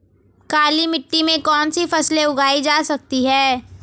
काली मिट्टी में कौनसी फसलें उगाई जा सकती हैं?